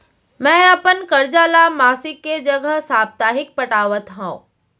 मै अपन कर्जा ला मासिक के जगह साप्ताहिक पटावत हव